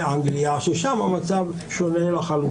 מוח ושתי רגליים.